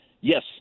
Yes